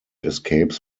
escapes